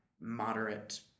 moderate